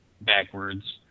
backwards